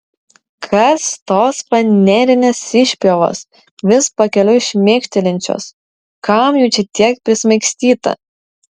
kas tos fanerinės išpjovos vis pakeliui šmėkštelinčios kam jų čia tiek prismaigstyta